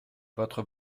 votre